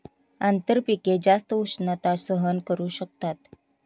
आंतरपिके जास्त उष्णता सहन करू शकतात